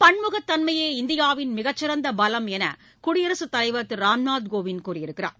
பன்முகத் தன்மையே இந்தியாவின் மிகச் சிறந்த பவம் என்று குடியரசுத் தலைவர் திரு ராம்நாத் கோவிந்த் கூறியிருக்கிறார்